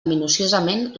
minuciosament